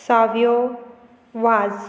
सावयो Vaz